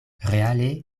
reale